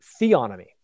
theonomy